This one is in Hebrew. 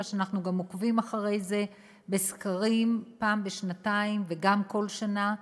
אלא שאנחנו גם עוקבים אחרי זה בסקרים אחת לשנתיים וגם כל שנה.